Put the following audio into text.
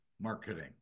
marketing